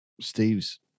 Steve's